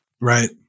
Right